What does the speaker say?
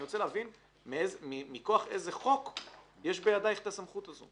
אני רוצה להבין מכוח איזה חוק יש בידייך את הסמכות הזו.